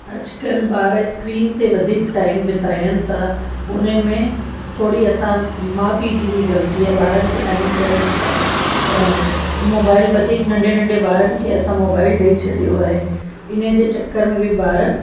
अॼुकल्ह ॿार स्क्रीन ते वधीक टाइम बितायन था उन में थोरी असां माउ पीउ जी बि गलती आहे ॿारनि खे टाइम ॾियनि नथा ऐं मोबाइल वधीक नंढे नंढे ॿारनि खे असां मोबाइल ॾेई छॾियो आहे इन जे चक्कर में बि ॿार